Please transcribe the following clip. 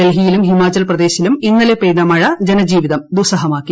ഡൽഹിയിലും ഹിമാചൽ പ്രദേശിലും ഇന്നലെ പെയ്ത മഴ ജനജീവിതം ദുസഹമാക്കി